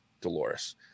Dolores